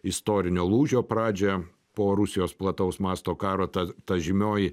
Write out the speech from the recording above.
istorinio lūžio pradžią po rusijos plataus masto karo ta ta žymioji